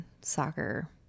soccer